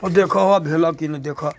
देखऽ हौ भेलऽ की नहि देखऽ